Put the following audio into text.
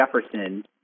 Jefferson